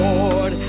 Lord